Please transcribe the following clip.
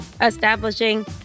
establishing